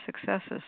successes